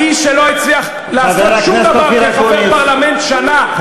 האיש שלא הצליח לעשות שום דבר כחבר פרלמנט שנה,